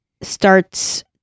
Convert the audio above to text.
starts